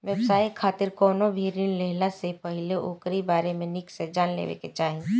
व्यवसाय खातिर कवनो भी ऋण लेहला से पहिले ओकरी बारे में निक से जान लेवे के चाही